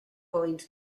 point